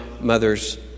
mother's